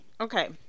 Okay